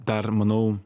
dar manau